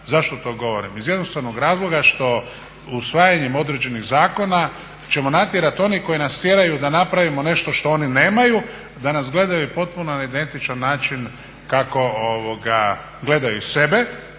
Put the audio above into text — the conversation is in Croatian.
Zašto to govorim? Iz jednostavnog razloga što usvajanjem određenih zakona ćemo natjerati one koji nas tjeraju da napravimo nešto što oni nemaju, da nas gledaju na potpuno identičan način kako gledaju sebe